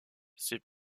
ses